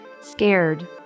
scared